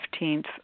15th